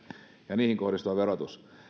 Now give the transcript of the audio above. ja niihin kohdistuva verotus